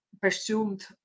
presumed